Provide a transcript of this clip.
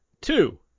two